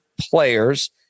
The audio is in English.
players